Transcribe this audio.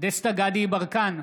דסטה גדי יברקן,